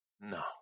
No